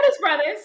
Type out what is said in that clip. brothers